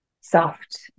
soft